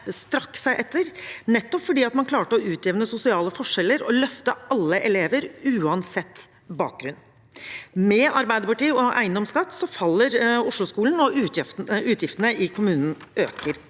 strakk seg etter, nettopp fordi man klarte å utjevne sosiale forskjeller og løfte alle elever, uansett bakgrunn. Med Arbeiderpartiet og eiendomsskatt faller Osloskolen, og utgiftene i kommunen øker.